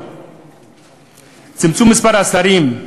צמצום מספר השרים.